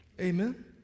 Amen